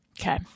Okay